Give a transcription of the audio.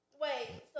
Wait